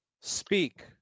Speak